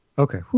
Okay